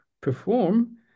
perform